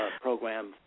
program